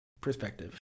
perspective